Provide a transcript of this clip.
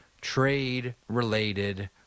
trade-related